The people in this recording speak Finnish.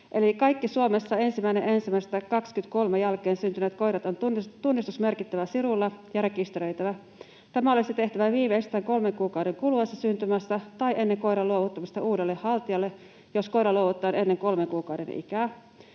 Kaikki Suomessa 1.1.23 jälkeen syntyneet koirat on tunnistusmerkittävä sirulla ja rekisteröitävä. Tämä olisi tehtävä viimeistään kolmen kuukauden kuluessa syntymästä tai ennen koiran luovuttamista uudelle haltijalle, jos koira luovutetaan ennen kolmen kuukauden ikää.